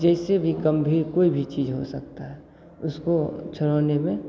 जैसे भी गंभीर कोई भी चीज हो सकता है उसको छोड़ने में